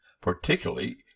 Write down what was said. Particularly